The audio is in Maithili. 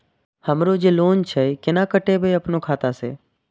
हमरो जे लोन छे केना कटेबे अपनो खाता से?